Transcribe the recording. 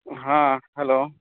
ᱦᱟᱸ ᱦᱮᱞᱳ